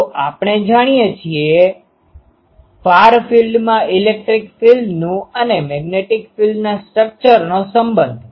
તો આપણે જાણીએ છીએ ફાર ફિલ્ડમાં ઇલેક્ટ્રિક ફિલ્ડનું અને મેગ્નેટિક ફિલ્ડ ના સ્ટ્રક્ચર નો સંબંધ